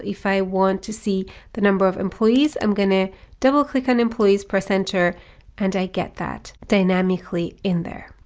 if i want to see the number of employees i'm going to double click on employees, press enter and i get that dynamically in there.